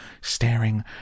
staring